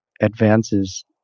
advances